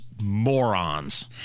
morons